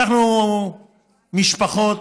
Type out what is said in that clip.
לקחנו משפחות,